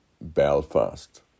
Belfast